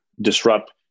disrupt